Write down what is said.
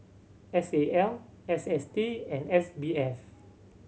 S A L S S T and S B F